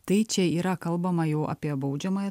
tai čia yra kalbama jau apie baudžiamąją